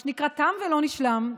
אז מה שנקרא "תם ולא נשלם".